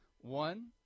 One